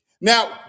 Now